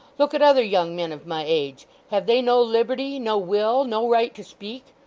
look at other young men of my age. have they no liberty, no will, no right to speak?